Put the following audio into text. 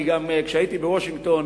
כשהייתי בוושינגטון